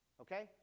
Okay